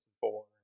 four